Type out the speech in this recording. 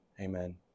Amen